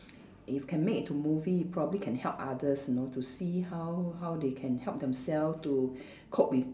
if can make into movie probably can help others you know to see how how they can help themselves to cope with